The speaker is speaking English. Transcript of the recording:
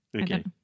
Okay